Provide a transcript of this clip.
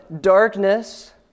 darkness